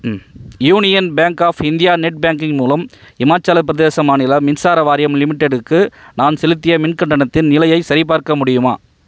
union Bank of India net banking மூலம் இமாச்சலப்பிரதேசம் மாநிலம் மின்சார வாரியம் லிமிடெட்க்கு நான் செலுத்திய மின் கட்டணத்தின் நிலையைச் சரிபார்க்க முடியுமா